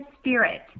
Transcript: spirit